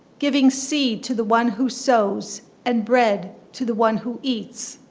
giving seed to the one who sows and bread to the one who eats,